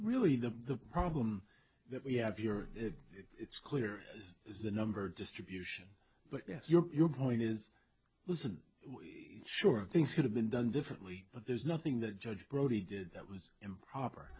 really the problem that we have your it's clear as is the number distribution but yes your point is listen sure things could have been done differently but there's nothing that judge brody did that was improper